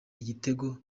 igitego